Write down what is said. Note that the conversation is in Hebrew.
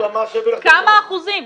כמה אחוזים?